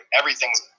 everything's